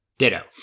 ditto